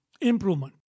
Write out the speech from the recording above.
improvement